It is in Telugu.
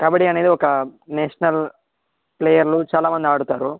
కబడీ అనేది ఒక నేషనల్ ప్లేయర్లు చాలా మంది ఆడుతారు